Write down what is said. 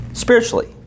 spiritually